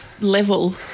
level